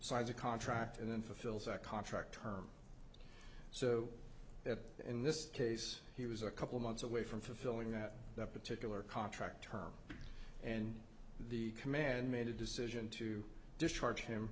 signs a contract and then fulfills a contract term so that in this case he was a couple months away from fulfilling that particular contract term and the command made a decision to discharge him